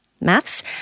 Maths